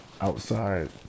outside